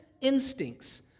instincts